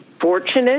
fortunate